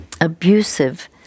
abusive